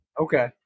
Okay